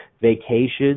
vacations